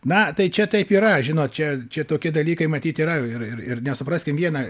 na tai čia taip yra žinot čia čia tokie dalykai matyt yra ir ir ir nes supraskim vieną